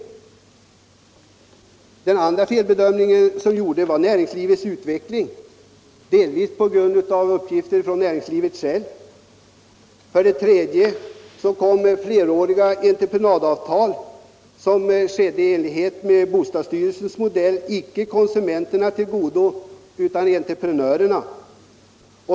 För det andra felbedömdes näringslivets utveckling, delvis på grund av uppgifter från näringslivet självt. För det tredje kom de fleråriga entreprenadavtal som uppgjordes i enlighet med bostadsstyrelsens modell inte konsumenterna till godo utan entreprenörerna.